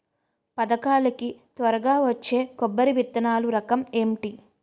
పథకాల కి త్వరగా వచ్చే కొబ్బరి విత్తనాలు రకం ఏంటి?